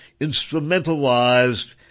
instrumentalized